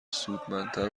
سودمندتر